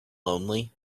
lonely